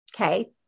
okay